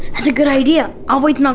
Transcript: that's a good idea. i'll wait